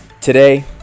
Today